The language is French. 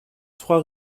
trois